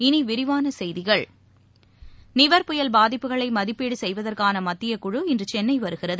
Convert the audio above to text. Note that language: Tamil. இனிவிரிவானசெய்திகள் நிவர் புயல் பாதிப்புகளைமதிப்பீடுசெய்வதற்கானமத்திய குழு இன்றுசென்னைவருகிறது